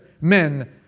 men